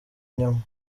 nyuma